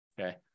okay